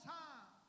time